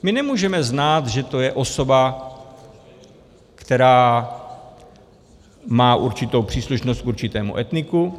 My nemůžeme znát, že to je osoba, která má určitou příslušnost k určitému etniku.